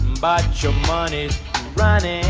but your money's running